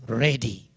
ready